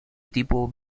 tipo